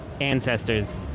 ancestors